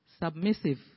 Submissive